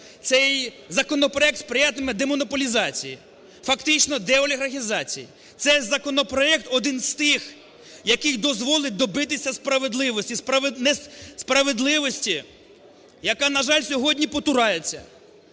Цей законопроект сприятиме демонополізації, фактично деолігархізації. Це законопроект один з тих, який дозволить добитися справедливості, яка, на жаль, сьогодні потурається.